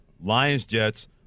Lions-Jets